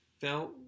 felt